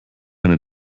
eine